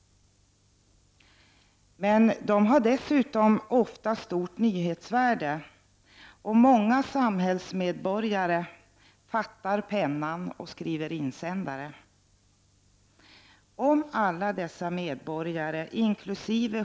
Dessa händelser har dessutom oftast stort nyhetsvärde, och många samhällsmedborgare fattar pennan och skriver insändare. Om alla dessa medborgare — inkl.